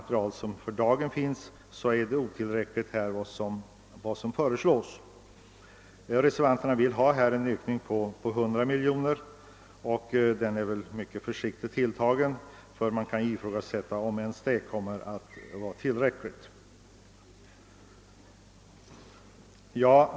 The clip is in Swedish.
Reservanterna vill därför ha en ytterligare ökning med 100 miljoner kronor, och då är denna ökning ändå försiktigt tilltagen — det kan ifrågasättas om medlen ens efter en sådan höjning blir tillräckliga.